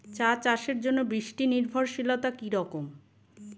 চা চাষের জন্য বৃষ্টি নির্ভরশীলতা কী রকম?